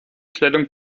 kleidung